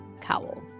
cowl